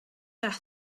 death